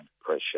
pressure